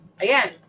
Again